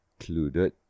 included